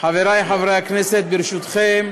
חברי חברי הכנסת, ברשותכם,